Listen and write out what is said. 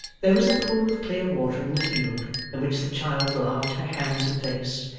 there was a pool of clear water in the field, in which the child laved her hands and face,